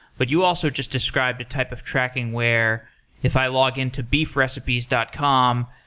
but you also just described a type of tracking where if i log in to beefrecipes dot com,